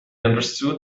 understood